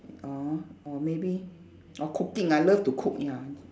or or maybe or cooking I love to cook ya